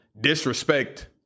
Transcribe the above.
disrespect